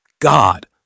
God